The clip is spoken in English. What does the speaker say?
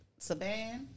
Saban